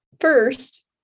first